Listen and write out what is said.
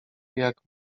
jak